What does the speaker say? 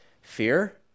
Fear